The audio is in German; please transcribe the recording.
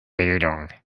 bildung